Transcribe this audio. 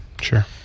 Sure